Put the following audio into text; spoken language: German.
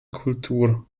kultur